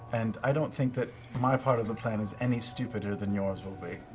and i don't think that my part of the plan is any stupider than yours will be.